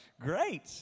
Great